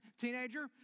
teenager